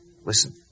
Listen